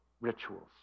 rituals